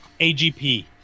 AGP